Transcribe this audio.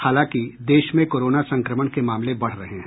हालांकि देश में कोरोना संक्रमण के मामले बढ़ रहे हैं